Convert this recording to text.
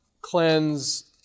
cleanse